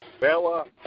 Bella